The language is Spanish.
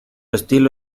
estilo